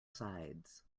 sides